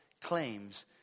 claims